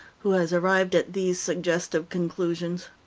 who has arrived at these suggestive conclusions